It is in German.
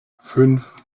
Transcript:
fünf